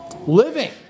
living